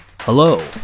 Hello